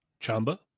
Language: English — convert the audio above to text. Chamba